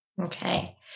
Okay